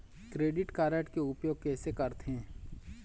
Credit card के उपयोग कैसे करथे?